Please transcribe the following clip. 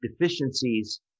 deficiencies